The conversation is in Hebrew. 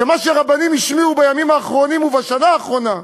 ומה שרבנים השמיעו בימים האחרונים ובשנה האחרונה,